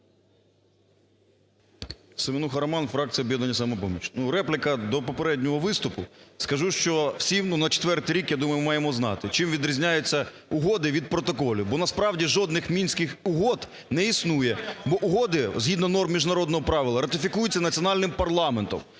Семенуха Роман. Фракція "Об'єднання "Самопоміч". Ну, репліка до попереднього виступу. Скажу, що всі ну на четвертий рік, я думаю, маємо знати, чим відрізняються угоди від протоколів. Бо, насправді, жодних Мінських угод не існує. Бо угоди згідно норм міжнародного права ратифікуються національним парламентом.